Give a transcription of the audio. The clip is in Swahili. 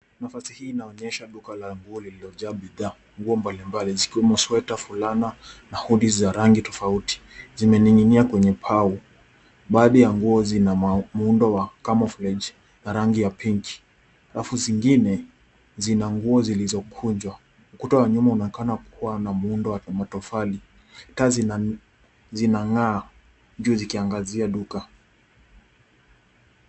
Nafasi hii inaonyesha duka la nguo liliojaa bidhaa. Nguo mbalimbali zikiwemo sweta, fulana na hoodie za rangi tofauti zimening'inia kwenye pau. Baaadhi ya nguo zina muundo wa camoflauge na rangi ya pinki. Rafu zingine zina nguo zilizokunjwa. Ukuta wa nyuma uonekana kuwa na muundo wa matofali. Taa zinang'aa juu zikiangazia duka.